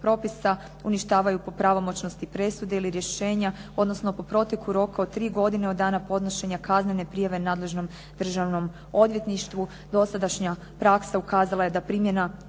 propisa uništavaju po pravomoćnosti presude ili rješenja, odnosno po proteku roka od tri godine od dana podnošenja kaznene prijave nadležnom državnom odvjetništvu. Dosadašnja praksa ukazala je da primjena